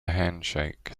handshake